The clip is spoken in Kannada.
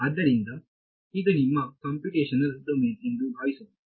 ಆದ್ದರಿಂದ ಇದು ನಿಮ್ಮ ಕಂಪ್ಯೂಟೇಶನಲ್ ಡೊಮೇನ್ ಎಂದು ಭಾವಿಸೋಣ